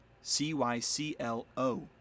C-Y-C-L-O